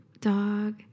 dog